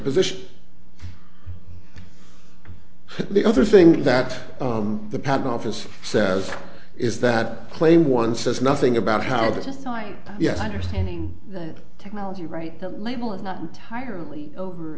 position the other thing that the patent office says is that claim one says nothing about how this time yes understanding the technology right the label is not entirely over